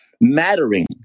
mattering